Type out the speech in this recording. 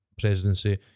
presidency